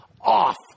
off